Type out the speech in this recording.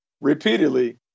repeatedly